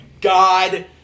God